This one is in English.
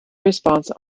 response